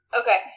Okay